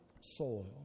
soil